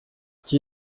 qui